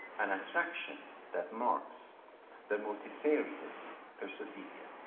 an attraction that marks the multifarious persophilia.